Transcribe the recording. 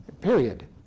period